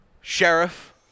Sheriff